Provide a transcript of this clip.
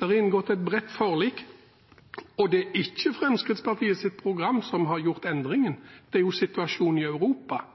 Det er inngått et bredt forlik, og det er ikke Fremskrittspartiets program som har gjort endringen, det er jo situasjonen i Europa.